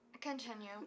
Continue